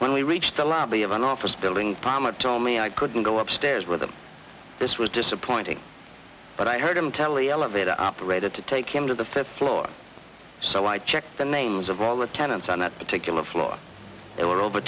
when we reached the lobby of an office building palmer told me i couldn't go upstairs with him this was disappointing but i heard him tell the elevator operated to take him to the fifth floor so i checked the names of all the tenants on that particular floor they were